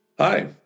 Hi